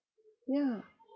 yeah